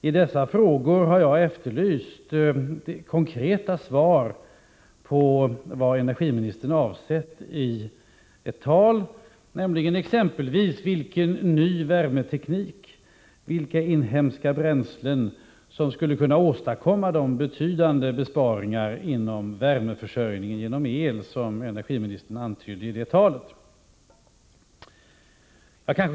I dessa frågor har jag efterlyst konkreta svar på vad energiministern avsett i ett tal, nämligen exempelvis vilken ny värmeteknik, vilka inhemska bränslen som skulle kunna åstadkomma de betydande besparingar inom värmeförsörjningen genom el som energiministern antydde i det talet.